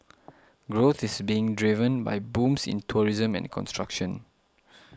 growth is being driven by booms in tourism and construction